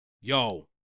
yo